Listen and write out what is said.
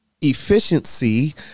efficiency